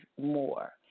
more